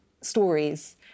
stories